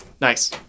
nice